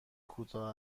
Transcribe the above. کوتاه